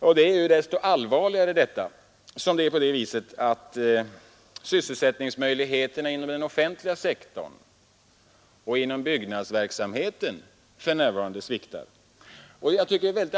Detta är desto allvarligare som sysselsättningsmöjligheterna inom den offentliga sektorn och inom byggnadsverksamheten för närvarande sviktar.